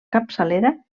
capçalera